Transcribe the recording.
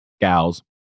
gals